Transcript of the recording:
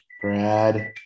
Brad